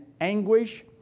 anguish